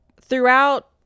throughout